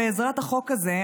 בעזרת החוק הזה,